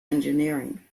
engineering